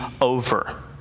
over